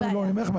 גם אם לא ממך,